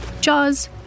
Jaws